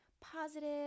positive